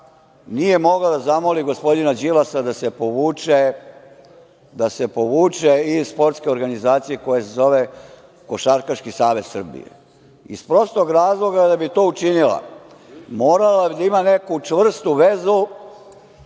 nije mogla da zamoli gospodina Đilasa da se povuče iz sportske organizacije koja se zove Košarkaški savez Srbije? Iz prostog razloga. Da bi to učinila, morala bi da ima neku čvrstu vezu